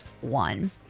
one